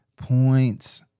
points